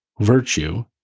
Virtue